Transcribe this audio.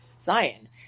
Zion